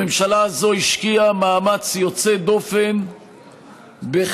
הממשלה הזאת השקיעה מאמץ יוצא דופן בחיזוק